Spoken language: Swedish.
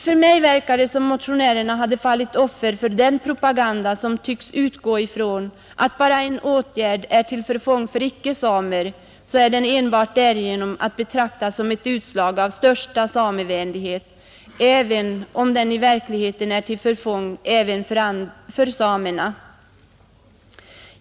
För mig verkar det som om motionärerna hade fallit offer för den propaganda som tycks utgå ifrån att bara en åtgärd är till förfång för icke-samer så är den enbart därigenom att betrakta som ett utslag av högsta samevänlighet, även om den i verkligheten är till förfång också för samerna.